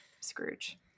Scrooge